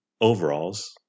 overalls